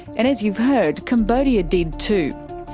and as you've heard, cambodia did too.